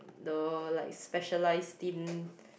the like specialised team